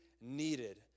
needed